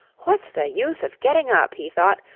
what's the use of getting up, he thought,